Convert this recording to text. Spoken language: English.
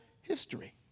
history